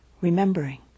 remembering